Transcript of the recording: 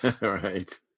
right